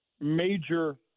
major